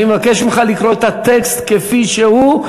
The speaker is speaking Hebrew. אני מבקש ממך לקרוא את הטקסט כפי שהוא,